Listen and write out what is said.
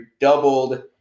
doubled